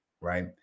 Right